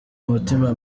umutima